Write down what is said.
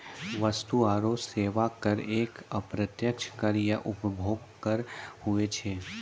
वस्तु आरो सेवा कर एक अप्रत्यक्ष कर या उपभोग कर हुवै छै